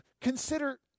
consider